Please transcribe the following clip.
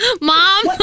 Mom